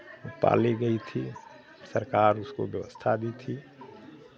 पाली गई थी सरकार उसको व्यवस्था भी थी